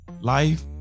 life